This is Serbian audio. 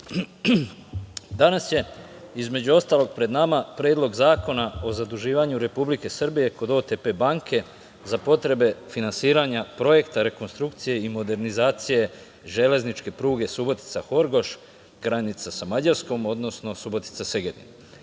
danas je, između ostalog, pred nama Predlog zakona o zaduživanju Republike Srbije kod OTP banke za potrebe finansiranja Projekta rekonstrukcije i modernizacije železničke pruge Subotica-Horgoš, granica sa Mađarskom, odnosno Subotica-Segedin. Ovaj